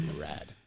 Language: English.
Rad